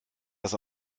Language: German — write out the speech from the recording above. das